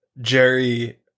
jerry